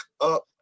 up